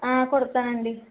ఆ కుడతాను అండి